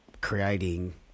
creating